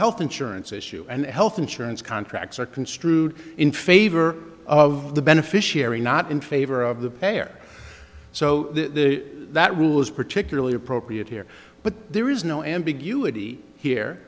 health insurance issue and health insurance contracts are construed in favor of the beneficiary not in favor of the pair so that rule is particularly appropriate here but there is no ambiguity here